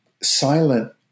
silent